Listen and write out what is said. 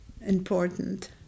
Important